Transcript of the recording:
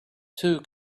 two